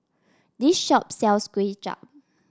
this shop sells Kway Chap